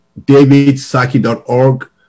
davidsaki.org